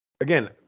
Again